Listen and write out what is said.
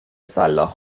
سلاخ